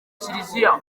kiliziya